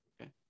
Okay